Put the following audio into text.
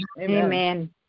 Amen